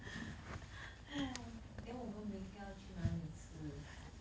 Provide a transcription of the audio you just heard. ah then 我们明天要去哪里吃